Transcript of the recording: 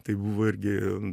tai buvo irgi